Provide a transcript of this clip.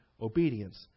obedience